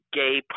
gay